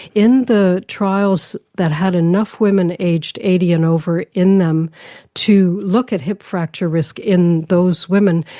in the trials that had enough women aged eighty and over in them to look at hip fracture risk in those women,